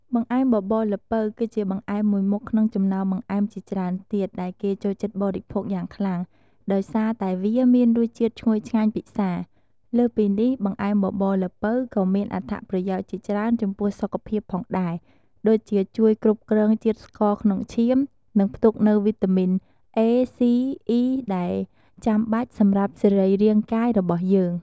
បង្អែមបបរល្ពៅគឺជាបង្អែមមួយមុខក្នុងចំណោមបង្អែមជាច្រើនទៀត ដែលគេចូលចិត្តបរិភោគយ៉ាងខ្លាំង ដោយសារតែវាមានរសជាតិឈ្ងុយឆ្ងាញ់ពិសា។ លើសពីនេះ បង្អែមបបរល្ពៅក៏មានអត្ថប្រយោជន៍ជាច្រើនចំពោះសុខភាពផងដែរ ដូចជាជួយគ្រប់គ្រងជាតិស្ករក្នុងឈាម និងផ្ទុកនូវវីតាមីន A, C, E ដែលចាំបាច់សម្រាប់សរីរាង្គកាយរបស់យើង។